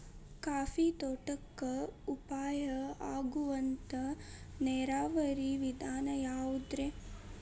Coffee ತೋಟಕ್ಕ ಉಪಾಯ ಆಗುವಂತ ನೇರಾವರಿ ವಿಧಾನ ಯಾವುದ್ರೇ?